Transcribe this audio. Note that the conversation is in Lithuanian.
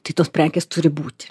tai tos prekės turi būti